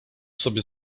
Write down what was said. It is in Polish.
sobie